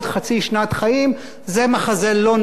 זה מחזה לא נוח ולא נאה ולא נעים.